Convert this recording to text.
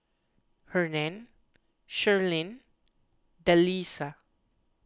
Hernan Sharleen and Delisa